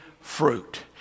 fruit